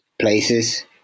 places